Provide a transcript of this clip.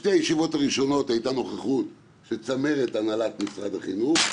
בשתי הישיבות הראשונות הייתה נוכחות של צמרת הנהלת משרד החינוך,